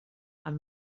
amb